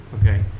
Okay